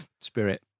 Spirit